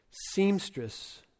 seamstress